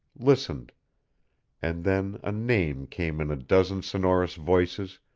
listened and then a name came in a dozen sonorous voices,